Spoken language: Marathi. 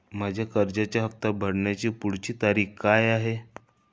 माझ्या कर्जाचा हफ्ता भरण्याची पुढची तारीख काय आहे?